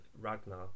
Ragnar